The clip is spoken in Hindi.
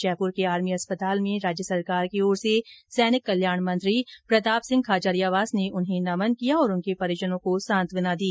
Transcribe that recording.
जयपुर के आर्मी अस्पताल में राज्य सरकार की ओर से सैनिक कल्याण मंत्री प्रतापसिंह खाचरियावास ने उन्हें नमन किया और उनके परिजनों को सांत्वना दी